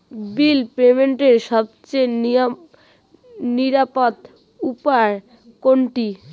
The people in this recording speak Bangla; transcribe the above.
বিল পেমেন্টের সবচেয়ে নিরাপদ উপায় কোনটি?